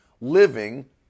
living